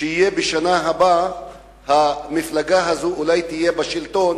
שבשנה הבאה המפלגה הזאת אולי תהיה בשלטון,